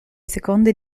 seconde